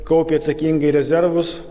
kaupė atsakingai rezervus